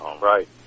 Right